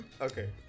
Okay